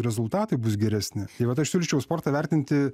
rezultatai bus geresni tai vat aš siūlyčiau sportą vertinti